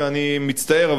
ואני מצטער,